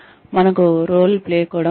మనకు role play కూడా ఉంది